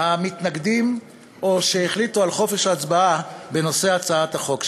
המתנגדים או שהחליטו על חופש הצבעה בנושא הצעת החוק שלי: